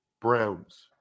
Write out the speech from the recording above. Browns